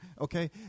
okay